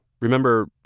Remember